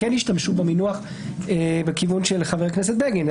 כן השתמשו במינוח בכיוון של חבר הכנסת בגין.